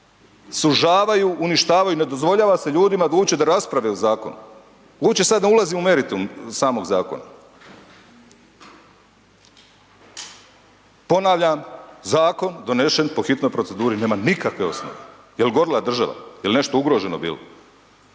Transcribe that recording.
sužavaju, uništavaju ne dozvoljava se ljudima da uopće rasprave o zakonu. Uopće sad ne ulazim u meritum samog zakona. Ponavljam zakon donešen po hitnoj proceduri nema nikakve osnove, jel gorila država, jel nešto ugroženo bilo?